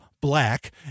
black